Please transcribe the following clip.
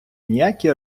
ніякий